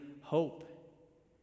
hope